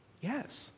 Yes